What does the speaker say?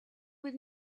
with